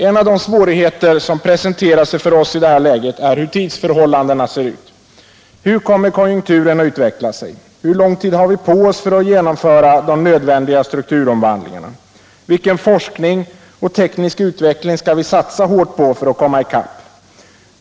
En av de svårigheter som presenterar sig för oss i detta läge gäller hur tidsförhållandena ser ut. Hur kommer konjunkturen att utveckla sig? Hur lång tid har vi på oss för att genomföra de nödvändiga strukturomvandlingarna? Vilken forskning och teknisk utveckling skall vi satsa hårt på för att komma i kapp?